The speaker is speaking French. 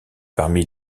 parmi